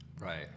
Right